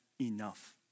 enough